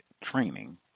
training